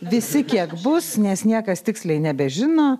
visi kiek bus nes niekas tiksliai nebežino